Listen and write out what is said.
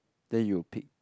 then you'll pick